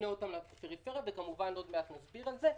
אל הפריפריה, וכמובן עוד מעט נסביר על זה.